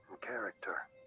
character